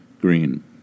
Green